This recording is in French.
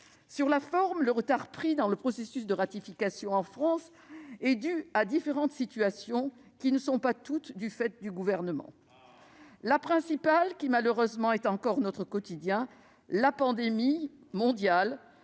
Sur la forme, le retard pris dans le processus de ratification en France est dû à différentes situations, qui ne sont pas toutes le fait du Gouvernement. Ah ? La principale, qui marque malheureusement toujours notre quotidien, est la pandémie mondiale